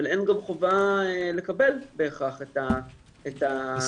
אבל אין גם חובה לקבל בהכרח את ההסתייגויות.